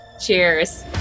Cheers